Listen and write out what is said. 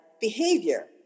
behavior